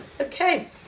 Okay